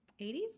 80s